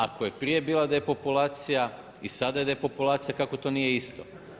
Ako je prije bila depopulacija i sada je depopulacija, kako to nije isto?